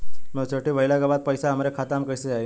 Maturity भईला के बाद पईसा हमरे खाता में कइसे आई?